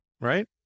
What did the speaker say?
right